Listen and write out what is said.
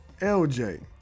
LJ